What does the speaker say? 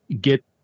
get